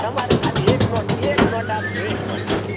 તમારે ખાલી એક નોટ એક નોટ આપજો એક નોટ બસ